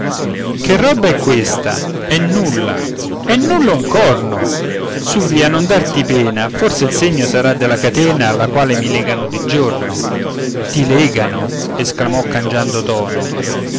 che roba è questa è nulla è nulla un corno suvvia non darti pena forse il segno sarà della catena alla quale mi legano di giorno ti legano esclamò cangiando tono